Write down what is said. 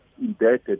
indebted